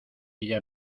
ella